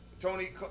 Tony